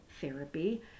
therapy